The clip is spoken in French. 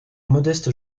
modeste